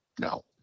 No